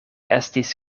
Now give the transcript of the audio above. estis